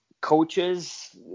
Coaches